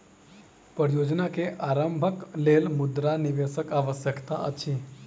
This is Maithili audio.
परियोजना के आरम्भक लेल मुद्रा निवेशक आवश्यकता अछि